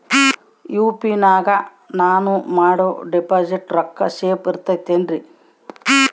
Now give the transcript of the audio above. UPI ನಾಗ ನಾನು ಮಾಡೋ ಡಿಪಾಸಿಟ್ ರೊಕ್ಕ ಸೇಫ್ ಇರುತೈತೇನ್ರಿ?